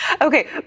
okay